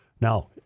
Now